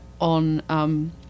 on